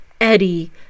Eddie